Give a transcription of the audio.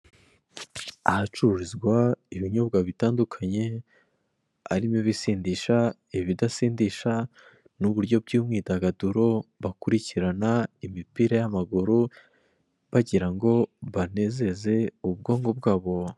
Ahacururizwa ibinyobwa bitandukanye, harimo ibisindisha ibidasindisha, n'uburyo by'umwidagaduro, bakurikirana imipira y'amaguru bagira ngo banezeze ubwonko bwabo.